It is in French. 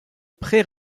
pré